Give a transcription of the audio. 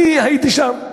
אני הייתי שם.